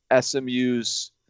SMU's